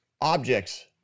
objects